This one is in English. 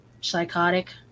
psychotic